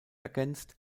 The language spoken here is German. ergänzt